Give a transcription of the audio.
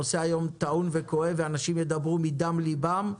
הנושא היום טעון וכואב ואנשים ידברו מדם ליבם,